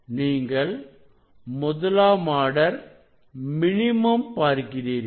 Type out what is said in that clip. நீங்கள் முதலாம் order minimum பார்க்கிறீர்கள்